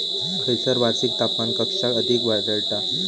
खैयसर वार्षिक तापमान कक्षा अधिक आढळता?